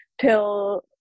till